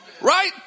Right